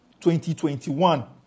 2021